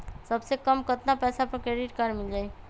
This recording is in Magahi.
सबसे कम कतना पैसा पर क्रेडिट काड मिल जाई?